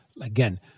Again